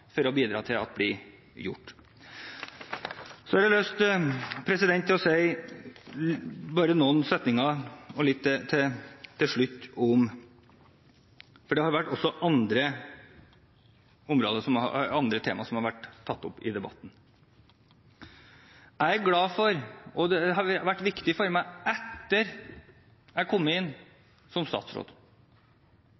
for å bidra til blir gjort. Til slutt vil jeg bare si noen setninger om andre tema som har vært tatt opp i debatten. Det har vært viktig for meg etter jeg kom inn som statsråd,